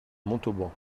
montauban